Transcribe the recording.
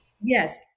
Yes